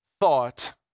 thought